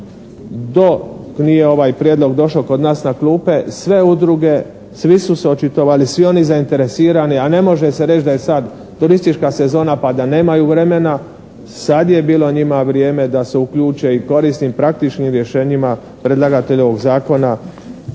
nije ovaj prijedlog došao kod nas klupe sve udruge, svi su se očitovali, svi oni zainteresirani, a ne može se reći da je sad turistička sezona pa da nemaju vremena. Sad je bilo njima vrijeme da se uključe i korisnim, praktičkim rješenjima predlagatelj ovog zakona